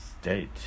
state